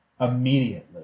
immediately